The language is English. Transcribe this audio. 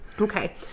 Okay